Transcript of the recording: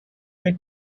made